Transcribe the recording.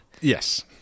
Yes